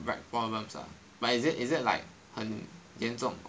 back problems ah but is it is it like 很严重 or what